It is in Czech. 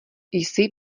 jsi